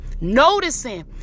noticing